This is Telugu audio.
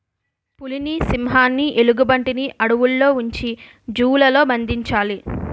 పులిని సింహాన్ని ఎలుగుబంటిని అడవుల్లో ఉంచి జూ లలో బంధించాలి